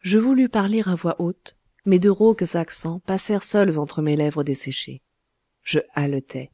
je voulus parler à voix haute mais de rauques accents passèrent seuls entre mes lèvres desséchées je haletais